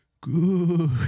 Good